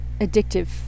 addictive